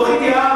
שלום